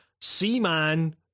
Seaman